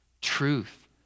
Truth